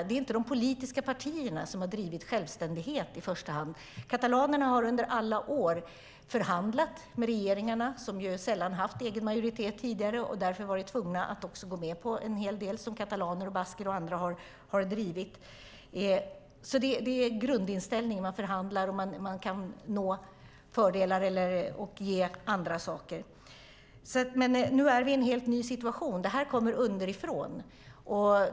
Det är inte i första hand de politiska partierna som har drivit självständighet. Katalanerna har under alla år förhandlat med regeringarna, som ju sällan haft egen majoritet tidigare och därför varit tvungna att gå med på en hel del som katalaner, basker och andra har drivit. Grundinställningen är att man förhandlar och kan nå fördelar och ge andra saker. Nu är det en helt ny situation. Det här kommer underifrån.